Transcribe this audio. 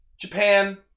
Japan